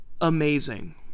Amazing